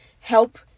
help